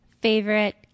favorite